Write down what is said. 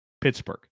Pittsburgh